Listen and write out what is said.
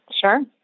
Sure